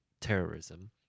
terrorism